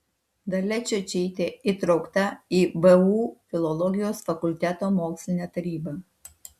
dalia čiočytė įtraukta į vu filologijos fakulteto mokslinę tarybą